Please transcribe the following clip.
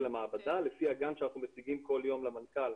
המעבדה לפי --- שאנחנו מציגים כול יום למנכ"ל.